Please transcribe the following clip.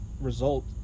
result